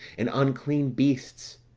and unclean beasts,